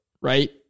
Right